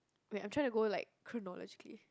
when I am tried to go like who know actually